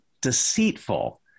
deceitful